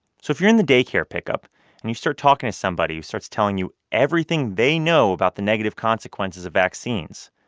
so if you're in the day care pickup and you start talking to somebody who starts telling you everything they know about the negative consequences of vaccines,